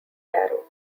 darrow